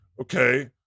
Okay